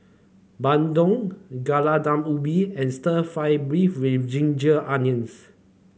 Bandung Gulai Daun Ubi and Stir Fried Beef with Ginger Onions